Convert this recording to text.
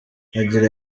agira